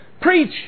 preach